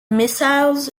missile